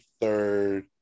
third